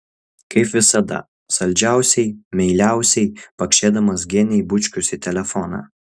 kaip visada saldžiausiai meiliausiai pakšėdamas genei bučkius į telefoną